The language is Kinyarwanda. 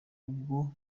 ubwo